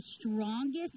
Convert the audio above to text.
strongest